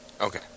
Okay